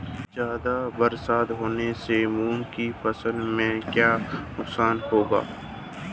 ज़्यादा बरसात होने से मूंग की फसल में क्या नुकसान होगा?